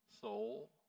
soul